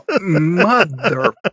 Mother